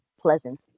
pleasant